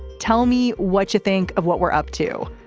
tell me what you think of what we're up to.